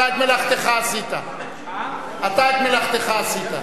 אתה את מלאכתך עשית, אתה את מלאכתך עשית.